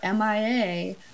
MIA